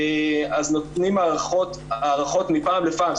אז נותנים הארכות מפעם לפעם.